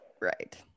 Right